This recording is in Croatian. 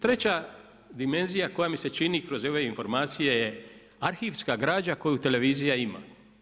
Treća dimenzija koja mi se čini kroz ove informacije je arhivska građa koju televizija ima.